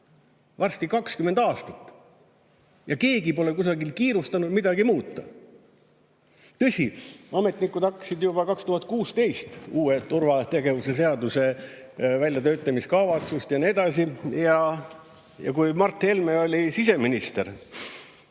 varsti 20 aastat ja keegi pole kiirustanud kusagil midagi muutma. Tõsi, ametnikud alustasid juba 2016 uue turvategevuse seaduse väljatöötamiskavatsust ja nii edasi. Kui Mart Helme oli siseminister,